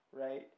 right